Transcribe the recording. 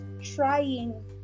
trying